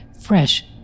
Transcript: fresh